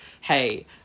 hey